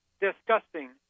disgusting